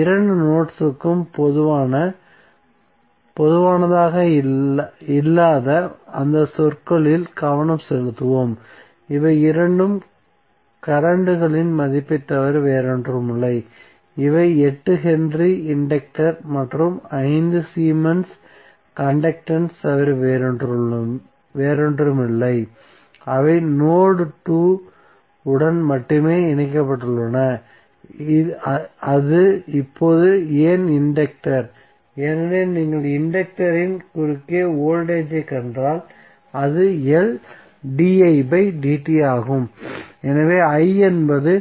இரண்டு நோட்ஸ் க்கு பொதுவானதாக இல்லாத அந்த சொற்களில் கவனம் செலுத்துவோம் இவை இரண்டும் கரண்ட்களின் மதிப்பைத் தவிர வேறொன்றுமில்லை இவை 8 ஹென்றி இன்டக்டர் மற்றும் 5 சீமென்ஸ் கண்டக்டன்ஸ் தவிர வேறொன்றுமில்லை அவை நோட் 2 உடன் மட்டுமே இணைக்கப்பட்டுள்ளன அது இப்போது ஏன் இன்டக்டர் ஏனெனில் நீங்கள் இன்டக்டரின் குறுக்கே வோல்டேஜ் ஐக் கண்டால் அது L didt ஆகும் எனவே i என்பது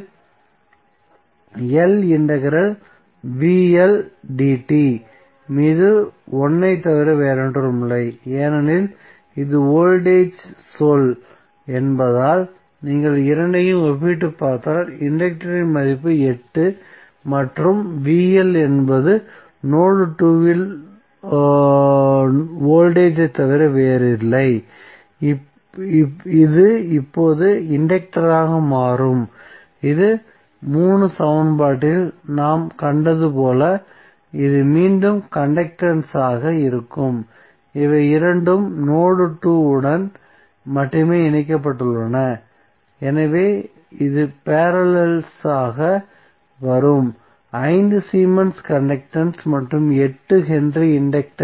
L இன்டெக்ரல் dt மீது 1 ஐத் தவிர வேறொன்றுமில்லை ஏனெனில் இது வோல்டேஜ் சொல் என்பதால் நீங்கள் இரண்டையும் ஒப்பிட்டுப் பார்த்தால் இன்டக்டரின் மதிப்பு 8 மற்றும் என்பது நோட் 2 இல் வோல்டேஜ் ஐத் தவிர வேறில்லை இது இப்போது இன்டக்டராக மாறும் இது 3 சமன்பாட்டில் நாம் கண்டது போல இது மீண்டும் கண்டக்டன்ஸ் ஆக இருக்கும் இவை இரண்டும் நோட் 2 உடன் மட்டுமே இணைக்கப்பட்டுள்ளன எனவே இது பேரல்லல் ஆக வரும் 5 சீமென்ஸ் கண்டக்டன்ஸ் மற்றும் 8 ஹென்றி இன்டக்டர்